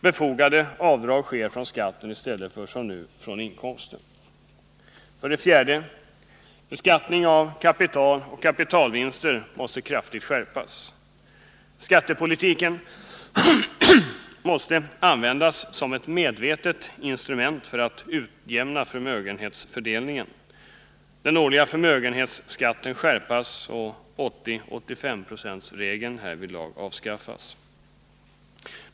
Befogade avdrag sker från skatten i stället för som nu från inkomsten. 4. Beskattning av kapital och kapitalvinster måste kraftigt skärpas. Skattepolitiken måste användas som ett medvetet instrument för att utjämna förmögenhetsfördelningen, den årliga förmögenhetsskatten skärpas och 80-85-procentsregeln avskaffas.